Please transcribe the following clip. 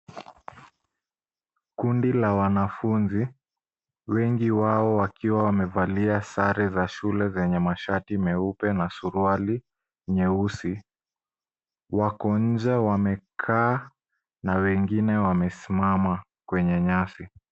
Kundi la wanafunzi, wengi wao wakiwa wamevalia sare za shule zenye mashati meupe na suruali nyeusi, wako nje wamekaa na wengine wamesimama kwenye nyasi.